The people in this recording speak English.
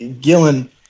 Gillen